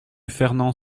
fernand